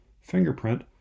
fingerprint